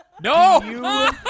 No